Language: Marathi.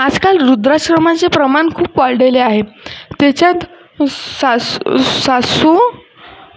आजकाल लुद्राश्रमांचे प्रमाण खूप वाढलेले आहे त्याच्यात सास् सासू